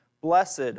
Blessed